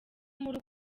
muri